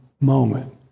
moment